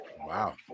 Wow